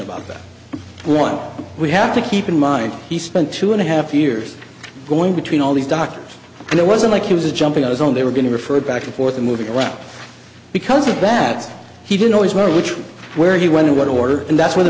about that one we have to keep in mind he spent two and a half years going between all these doctors and it wasn't like he was jumping on his own they were going to refer back and forth moving around because of that he didn't always worry which where he went in what order and that's where the